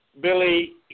Billy